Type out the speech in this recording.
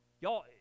Y'all